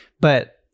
But-